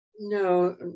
no